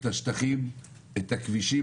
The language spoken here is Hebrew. את השטחים, את הכבישים.